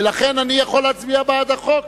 ולכן אני יכול להצביע בעד החוק,